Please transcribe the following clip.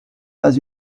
pas